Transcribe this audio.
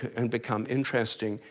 and become interesting,